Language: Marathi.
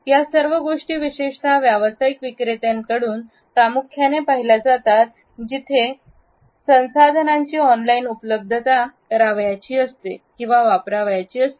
या सर्व गोष्टी विशेषतः व्यावसायिक विक्रेत्यांनी कडून प्रामुख्याने पाहिल्या जातात जिथे साठी संसाधनांची ऑनलाइन उपलब्धता वापरायची असते